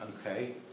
okay